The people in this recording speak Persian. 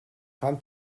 خوام